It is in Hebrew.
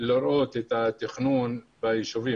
קצת הרבה מהמדיניות והצרכים של התושבים.